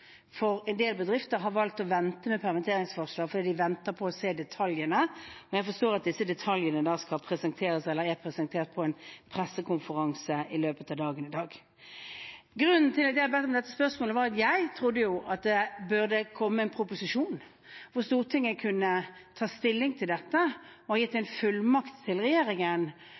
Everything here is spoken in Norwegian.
En del bedrifter har valgt å vente med permitteringsvarsler fordi de venter på å få se detaljene, og jeg forstår at disse detaljene skal presenteres – eller er presentert – på en pressekonferanse i løpet av dagen i dag. Grunnen til at jeg har bedt om å få stille dette spørsmålet, er at jeg trodde at det skulle komme en proposisjon, hvor Stortinget kunne tatt stilling til dette og gitt en fullmakt til regjeringen.